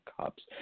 Cups